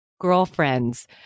girlfriends